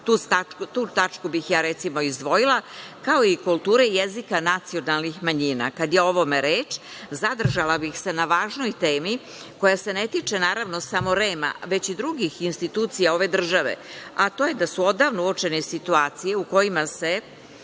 tu tačku bih ja recimo izdvojila, kao i kulture jezika nacionalnih manjina. Kad je o ovome reč zadržala bih se na važnoj temi koja se ne tiče, naravno, samo REM, već i drugih institucija ove države, a to je da su odavno uočene situacije u kojima se